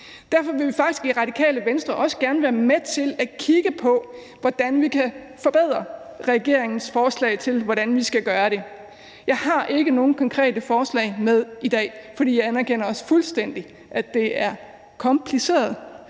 Derfor vil vi i Radikale Venstre faktisk også gerne være med til at kigge på, hvordan vi kan forbedre regeringens forslag til, hvordan vi skal gøre det. Jeg har ikke nogen konkrete forslag med i dag, for jeg anerkender også fuldstændig, at det er kompliceret